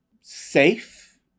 safe